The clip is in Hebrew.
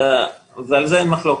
ועל זה אין מחלוקת.